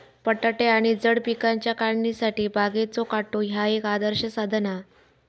बटाटे आणि जड पिकांच्या काढणीसाठी बागेचो काटो ह्या एक आदर्श साधन हा